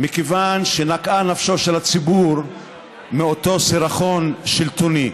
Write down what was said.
מכיוון שנקעה נפשו של הציבור מאותו סירחון שלטוני.